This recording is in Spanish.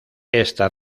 esta